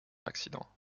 accident